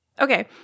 Okay